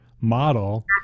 model